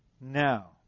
Now